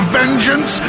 vengeance